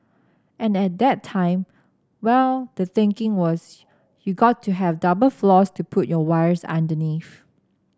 and at that time well the thinking was you got to have double floors to put your wires underneath